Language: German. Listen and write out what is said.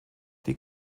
die